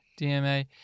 DMA